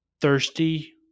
thirsty